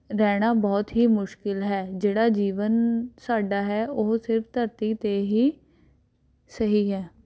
ਰਹਿਣਾ ਬਹੁਤ ਹੀ ਮੁਸ਼ਕਿਲ ਹੈ ਜਿਹੜਾ ਜੀਵਨ ਸਾਡਾ ਹੈ ਉਹ ਸਿਰਫ ਧਰਤੀ 'ਤੇ ਹੀ ਸਹੀ ਹੈ